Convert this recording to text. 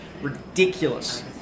Ridiculous